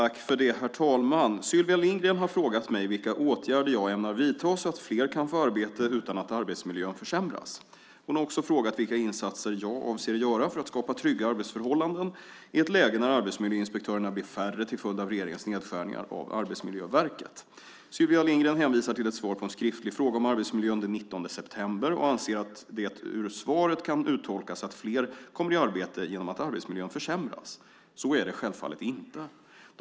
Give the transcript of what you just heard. Herr talman! Sylvia Lindgren har frågat mig vilka åtgärder jag ämnar vidta så att fler kan få arbete utan att arbetsmiljön försämras. Hon har också frågat vilka insatser jag avser att göra för att skapa trygga arbetsförhållanden i ett läge när arbetsmiljöinspektörerna blir färre till följd av regeringens nedskärningar av Arbetsmiljöverket. Sylvia Lindgren hänvisar till ett svar på en skriftlig fråga om arbetsmiljön den 19 september och anser att det ur svaret kan uttolkas att fler kommer i arbete genom att arbetsmiljön försämras. Så är det självfallet inte.